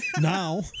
Now